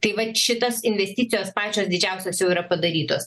tai va šitas investicijos pačios didžiausios jau yra padarytos